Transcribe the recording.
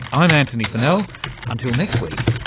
i'm antony funnell, until next week,